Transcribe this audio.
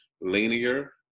linear